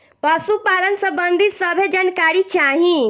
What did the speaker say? पशुपालन सबंधी सभे जानकारी चाही?